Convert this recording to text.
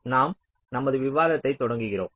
இன்று நாம் நமது விவாதத்து தை தொடர்கிறோம்